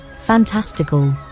fantastical